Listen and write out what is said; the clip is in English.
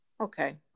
Okay